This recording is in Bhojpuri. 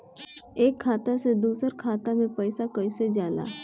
एक खाता से दूसर खाता मे पैसा कईसे जाला?